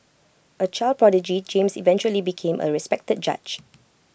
A child prodigy James eventually became A respected judge